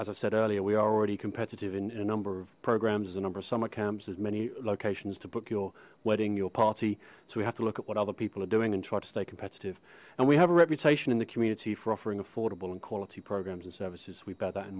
as i said earlier we are already competitive in a number of programs as a number of summer camps as many locations to book your wedding your party so we have to look at what other people are doing and try to stay competitive and we have a reputation in the community for offering affordable and quality programs and services we bear that in